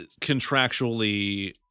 contractually